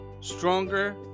stronger